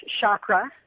chakra